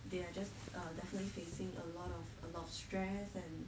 they are just err definitely facing a lot of a lot of stress and